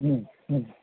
হুম হুম